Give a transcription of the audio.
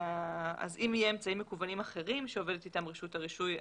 אם יהיו אמצעים מקוונים אחרים שעובדת אתם רשות הרישוי,